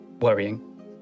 worrying